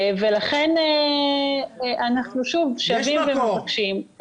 ולכן אנחנו שוב שבים ומבקשים --- יש מקור,